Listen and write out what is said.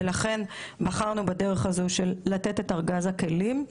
ולכן בחרנו בדרך הזו של לתת את ארגז הכלים.